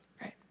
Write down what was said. Right